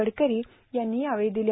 गडकरी यांनी यावेळी दिल्या